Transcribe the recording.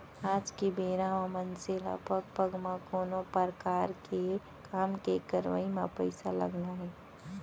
आज के बेरा म मनसे ल पग पग म कोनो परकार के काम के करवई म पइसा लगना हे